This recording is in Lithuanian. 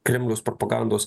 kremliaus propagandos